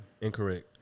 Incorrect